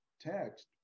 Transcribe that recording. text